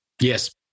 Yes